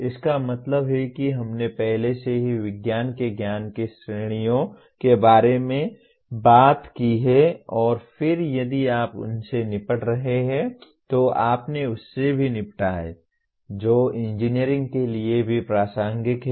इसका मतलब है कि हमने पहले से ही विज्ञान के ज्ञान की चार श्रेणियों के बारे में बात की है और फिर यदि आप उससे निपट रहे हैं तो आपने उससे भी निपटा है जो इंजीनियरिंग के लिए भी प्रासंगिक है